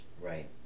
right